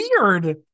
weird